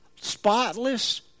spotless